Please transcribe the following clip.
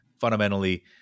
fundamentally